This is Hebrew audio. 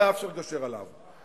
היה אפשר לגשר עליו.